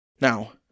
Now